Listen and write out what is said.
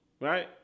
right